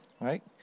Right